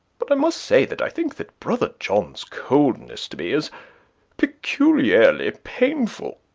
but i must say that i think that brother john's coldness to me is peculiarly painful.